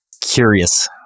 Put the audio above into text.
curious